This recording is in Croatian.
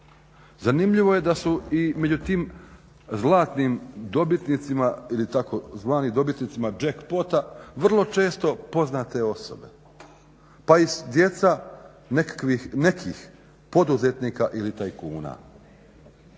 Zanimljivo je da su i među tim zlatnim dobitnicima ili tzv. dobitnicima jackpota vrlo često poznate osobe pa i djeca nekih poduzetnika ili tajkuna.